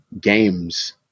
games